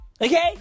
Okay